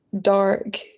dark